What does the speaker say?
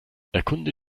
erkunde